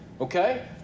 okay